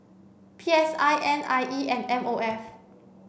P S I N I E and M O F